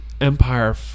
empire